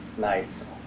Nice